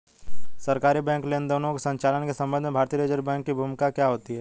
सरकारी बैंकिंग लेनदेनों के संचालन के संबंध में भारतीय रिज़र्व बैंक की भूमिका क्या होती है?